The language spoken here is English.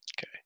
Okay